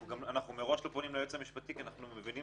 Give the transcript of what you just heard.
אנחנו מראש לא פונים ליועץ המשפטי כי אנחנו מבינים